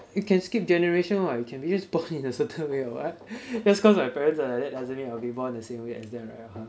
it can skip generation [what] it can just pop out in a certain why or what that's cause my parents are like that doesn't mean I will be born the same way as them right